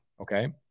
Okay